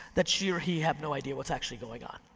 that she or he have no idea what's actually going on.